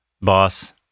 boss